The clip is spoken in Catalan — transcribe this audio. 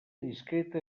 discreta